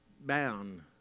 bound